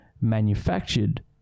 manufactured